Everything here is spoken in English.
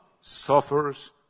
suffers